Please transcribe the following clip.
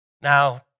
Now